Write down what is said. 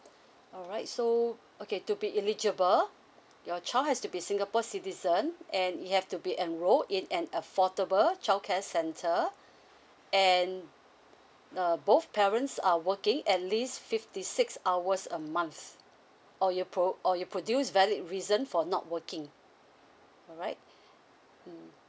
alright so okay to be eligible your child has to be singapore citizen and it have to be enrolled in an affordable childcare centre and uh both parents are working at least fifty six hours a month or you pro~ or you produce valid reason for not working alright mm